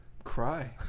Cry